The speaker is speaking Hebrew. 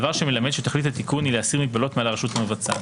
דבר שמלמד שתכלית התיקון היא להסיר מגבלות מעל הרשות המבצעת.